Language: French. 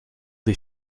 des